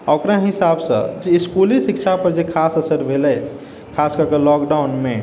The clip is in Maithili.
आओर ओकरा हिसाबसँ इसकुली शिक्षापर जे खास असरि भेलै खास करिकऽ लॉकडाउनमे